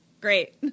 Great